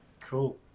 cool